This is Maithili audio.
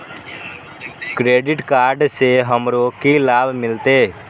क्रेडिट कार्ड से हमरो की लाभ मिलते?